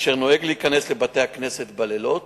אשר נוהג להיכנס לבתי-הכנסת בלילות,